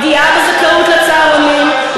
פגיעה בזכאות לצהרונים,